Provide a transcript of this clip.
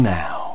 now